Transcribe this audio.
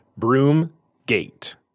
Broomgate